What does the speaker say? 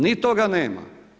Ni toga nema.